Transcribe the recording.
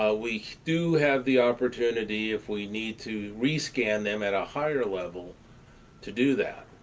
ah we do have the opportunity if we need to rescan them at a higher level to do that.